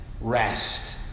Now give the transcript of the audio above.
rest